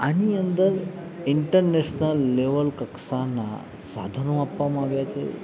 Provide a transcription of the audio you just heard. આની અંદર international level કક્ષાના સાધનો આપવામાં આવ્યા છે